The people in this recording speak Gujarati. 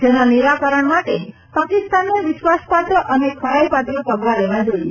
જેના નિરાકરણ માટે પાકિસ્તાનને વિશ્વાસપાત્ર અને ખરાઈપાત્ર પગલા લેવા જોઈએ